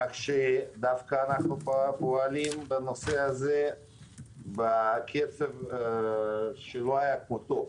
כך שאנחנו פועלים בנושא הזה בקצב שלא היה כמותו.